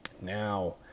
now